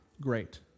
great